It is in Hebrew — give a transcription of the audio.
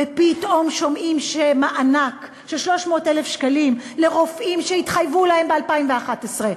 ופתאום שומעים על מענק של 300,000 שקלים לרופאים שהתחייבו להם ב-2011,